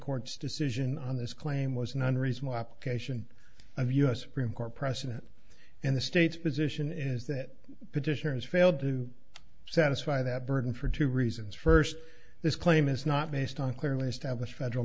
court's decision on this claim was nunneries mopp cation of u s supreme court precedent in the state's position is that petitioners failed to satisfy that burden for two reasons first this claim is not based on clearly established federal